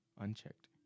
unchecked